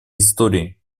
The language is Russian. истории